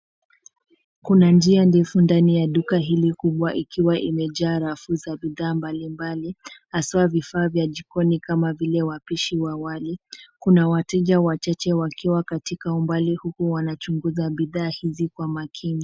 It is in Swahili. Kuna njia ndefu ndani ya duka hili kubwa, ikiwa imejaa rafu za bidhaa mbalimbali, haswa vifaa vya jikoni kama vile wapishi wa wali. Kuna wateja wachache wakiwa katika umbali, huku wanachunguza bidhaa hizi kwa makini.